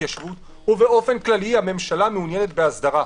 בהתיישבות ובאופן כללי הממשלה מעוניינת בהסדרה.